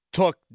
took